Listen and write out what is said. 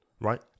right